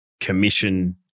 commission